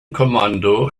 kommando